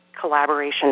collaboration